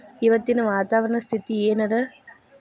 ಇವತ್ತಿನ ವಾತಾವರಣ ಸ್ಥಿತಿ ಏನ್ ಅದ?